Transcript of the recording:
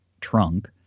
trunk